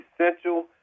essential